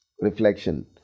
Reflection